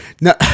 No